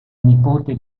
nipote